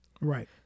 right